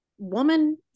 woman